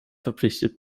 verpflichtet